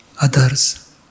others